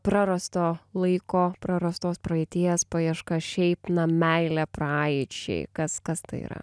prarasto laiko prarastos praeities paieška šiaip na meilė praeičiai kas kas tai yra